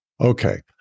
Okay